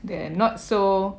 the not so